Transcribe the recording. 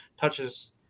touches